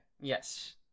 yes